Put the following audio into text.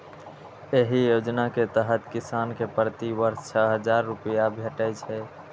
एहि योजना के तहत किसान कें प्रति वर्ष छह हजार रुपैया भेटै छै